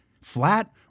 Flat